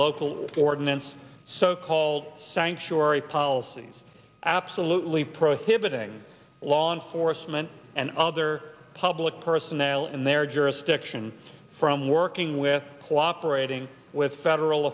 local ordinance so called sanctuary policies absolutely prohibiting law enforcement and other public personnel in their jurisdiction from working with cooperating with federal